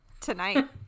tonight